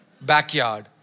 backyard